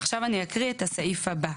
עכשיו אני אקרא את הסעיף הבא.